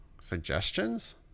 Suggestions